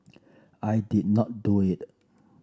I did not do it